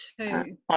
two